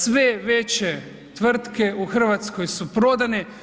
Sve veće tvrtke u Hrvatskoj su prodane.